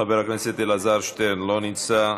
חבר הכנסת אלעזר שטרן, לא נמצא,